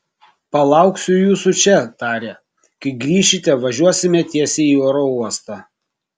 palauksiu jūsų čia tarė kai grįšite važiuosime tiesiai į oro uostą